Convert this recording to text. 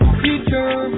future